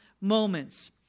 moments